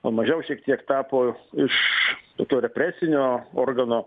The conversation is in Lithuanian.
mažiau šiek tiek tapo iš to represinio organo